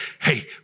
hey